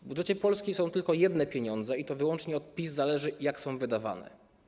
W budżecie Polski są tylko jedne pieniądze i to wyłącznie od PiS zależy, jak są wydawane.